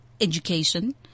education